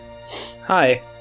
Hi